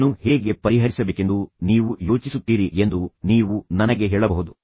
ಇದನ್ನು ಹೇಗೆ ಪರಿಹರಿಸಬೇಕೆಂದು ನೀವು ಯೋಚಿಸುತ್ತೀರಿ ಎಂದು ನೀವು ನನಗೆ ಹೇಳಬಹುದು